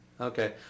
Okay